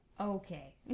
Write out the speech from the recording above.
Okay